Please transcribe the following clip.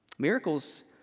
Miracles